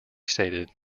stated